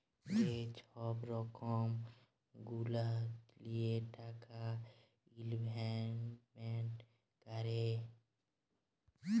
যে ছব রকম গুলা লিঁয়ে টাকা ইলভেস্টমেল্ট ক্যরে